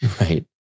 right